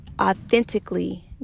authentically